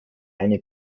eine